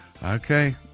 Okay